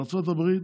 בארצות הברית